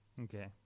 Okay